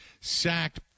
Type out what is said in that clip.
sacked